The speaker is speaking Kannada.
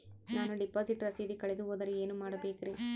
ನಾನು ಡಿಪಾಸಿಟ್ ರಸೇದಿ ಕಳೆದುಹೋದರೆ ಏನು ಮಾಡಬೇಕ್ರಿ?